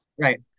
Right